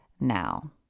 now